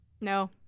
No